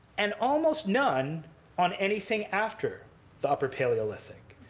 and almost none on anything after the upper paleolithic.